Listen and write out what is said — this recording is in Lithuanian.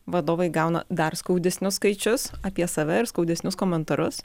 vadovai gauna dar skaudesnius skaičius apie save ir skaudesnius komentarus